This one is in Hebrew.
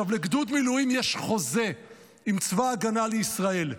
לגדוד מילואים יש חוזה עם צבא ההגנה לישראל: